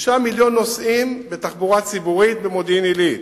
6 מיליוני נוסעים בתחבורה ציבורית במודיעין-עילית.